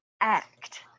act